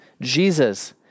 Jesus